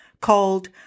called